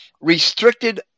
restricted